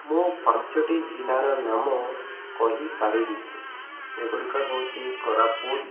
ମୁଁ ପାଞ୍ଚଟି ଜିଲ୍ଲାର ନାମ କହିପାରିବି ସେଗୁଡ଼ିକ ହେଉଛି କୋରାପୁଟ